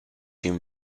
him